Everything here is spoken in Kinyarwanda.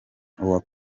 uwa